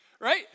right